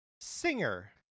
Singer